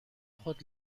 خود